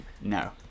No